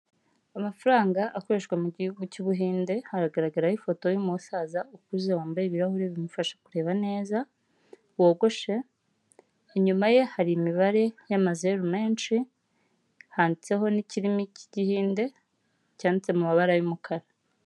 Amafaranga akoreshwa mu gihugu cy'Ubuhinde hagaragaraho ifoto y'umusaza ukuze wambaye ibirahuri bimufasha kureba neza, wogoshe, inyuma ye hari imibare y'amazeru menshi, handitseho n'ikirimi cy'Igihinde cyanditse mu mabara y'umukara.